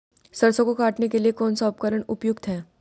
सरसों को काटने के लिये कौन सा उपकरण उपयुक्त है?